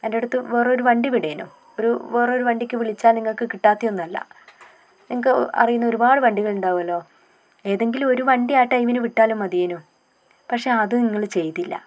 എൻ്റെ അടുത്തു വേറൊരു വണ്ടി വിടേനു ഒരു വേറൊരു വണ്ടിക്ക് വിളിച്ചാൽ നിങ്ങൾക്ക് കിട്ടാത്ത ഒന്നുമല്ല നിങ്ങൾക്ക് അറിയുന്ന ഒരുപാട് വണ്ടികൾ ഉണ്ടാകുമല്ലോ ഏതെങ്കിലും ഒരു വണ്ടി ആ ടൈമിന് വിട്ടാലും മതിയേനു പക്ഷേ അത് നിങ്ങൾ ചെയ്തില്ല